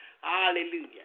Hallelujah